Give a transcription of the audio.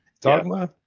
Dogma